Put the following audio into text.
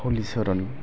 हलिसरन